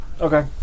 Okay